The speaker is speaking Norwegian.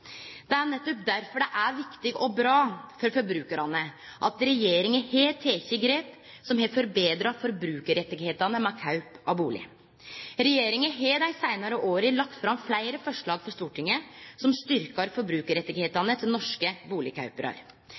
Det er nettopp derfor det er viktig og bra for forbrukarane at regjeringa har teke grep som har betra forbrukarrettane ved kjøp av bustad. Regjeringa har dei seinare åra lagt fram fleire forslag for Stortinget som styrkjer forbrukarrettane til norske